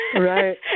Right